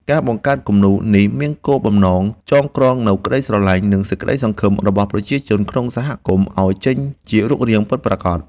ការបង្កើតគំនូរនេះមានបំណងចងក្រងនូវក្តីស្រមៃ និងក្តីសង្ឃឹមរបស់ប្រជាជនក្នុងសហគមន៍ឱ្យចេញជារូបរាងពិតប្រាកដ។